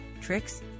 tricks